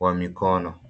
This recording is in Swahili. wa mikono.